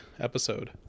episode